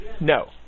No